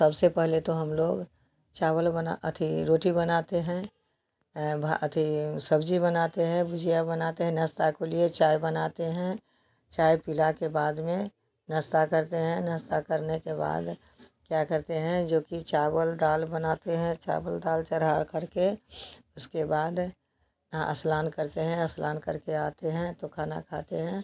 सबसे पहले तो हमलोग चावल बना अथी रोटी बनाते हैं भा अथी सब्ज़ी बनाते हैं भुजिया बनाते हैं नाश्ता के लिए चाय बनाते हैं चाय पीला के बाद में नाश्ता करते हैं नाश्ता करने के बाद क्या करते हैं जोकि चावल दाल बनाते हैं चावल दाल चढ़ा करके उसके बाद अस्नान करते हैं अस्नान करके आते हैं तो खाना खाते हैं